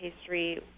pastry